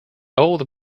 old